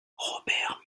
robert